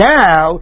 now